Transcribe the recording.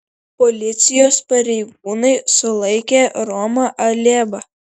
policijos pareigūnai sulaikė romą alėbą